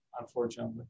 unfortunately